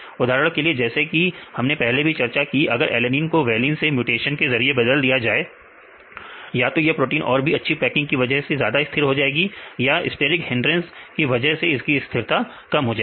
उदाहरण के लिए जैसा कि हमने पहले भी चर्चा किया कि अगर एलेनीन को वेलिंन से म्यूटेशन के जरिए बदल दिया जाए तो या तो प्रोटीन के और भी अच्छी पैकिंग की वजह से यह ज्यादा स्थिर हो जाएगा या स्टेरिक हिंद्रांस की वजह से इसकी स्थिरता कम हो जाएगा